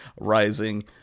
rising